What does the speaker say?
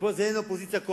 ופה אין אופוזיציה-קואליציה,